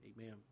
Amen